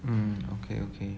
um okay okay